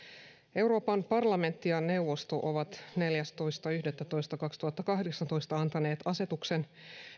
euroopan parlamentti ja neuvosto ovat neljästoista yhdettätoista kaksituhattakahdeksantoista antaneet asetuksen